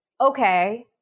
okay